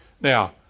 Now